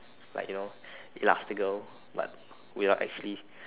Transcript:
like you know elastical but without actually